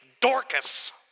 Dorcas